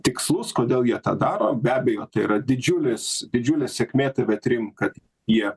tikslus kodėl jie tą daro be abejo tai yra didžiulis didžiulė sėkmė tv trim kad jie